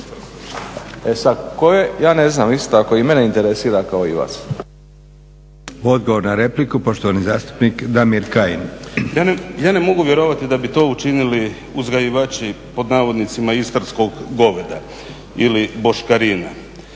E sad, tko je ja ne znam, isto tako i mene interesira kao i vas. **Leko, Josip (SDP)** Odgovor na repliku poštovani zastupnik Damir Kajin. **Kajin, Damir (Nezavisni)** Ja ne mogu vjerovati da bi to učinili uzgajivači, pod navodnicima, istarskog goveda ili boškarina.